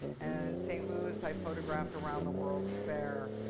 and st. louis, i photographed around the world's fair.